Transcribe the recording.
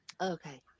Okay